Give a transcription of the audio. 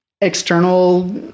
External